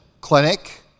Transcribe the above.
clinic